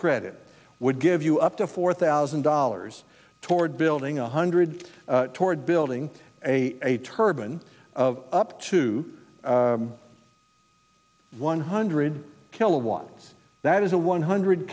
credit would give you up to four thousand dollars toward building a hundred toward building a turban of up to one hundred kilowatts that is a one hundred